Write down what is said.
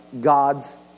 God's